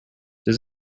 does